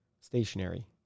stationary